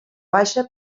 baixa